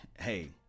hey